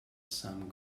some